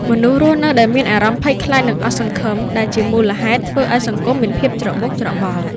មនុស្សរស់នៅដោយមានអារម្មណ៍ភ័យខ្លាចនិងអស់សង្ឃឹម ដែលជាមូលហេតុធ្វើឲ្យសង្គមមានភាពច្របូកច្របល់។